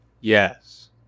Yes